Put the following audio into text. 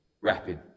rapping